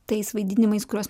tais vaidinimais kuriuos